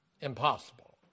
impossible